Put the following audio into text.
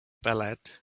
ballade